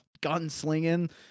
gunslinging